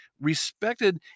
respected